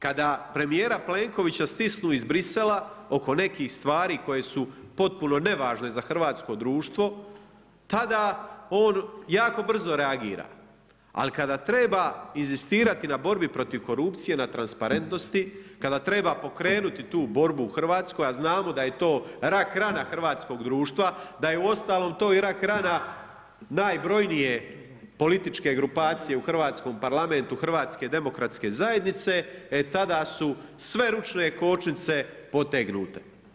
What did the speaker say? Kada premijera Plenkovića stisnu iz Bruxellesa oko nekih stvari koje su potpuno nevažne za hrvatsko društvo, tada on jako brzo reagira, ali kada treba inzistirati na borbi protiv korupcije na transparentnosti kada treba pokrenuti tu borbu u Hrvatskoj, a znamo da je to rak rana hrvatskog društva da je uostalom to i rak rana najbrojnije političke grupacije u hrvatskom Parlamentu HDZ-a e tada su sve ručne kočnice potegnute.